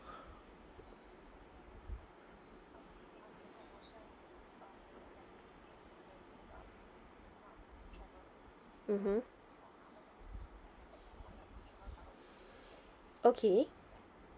mmhmm okay